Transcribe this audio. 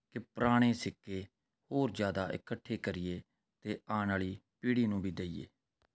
ਕਿ ਪੁਰਾਣੇ ਸਿੱਕੇ ਹੋਰ ਜ਼ਿਆਦਾ ਇਕੱਠੇ ਕਰੀਏ ਅਤੇ ਆਉਣ ਵਾਲੀ ਪੀੜ੍ਹੀ ਨੂੰ ਵੀ ਦਈਏ